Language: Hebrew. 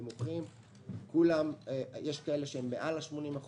יש כאלה שהם מעל 80%,